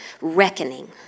reckoning